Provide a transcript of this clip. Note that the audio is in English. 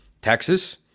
Texas